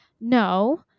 No